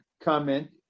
comment